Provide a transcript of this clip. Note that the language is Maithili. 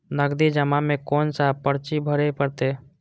नगदी जमा में कोन सा पर्ची भरे परतें?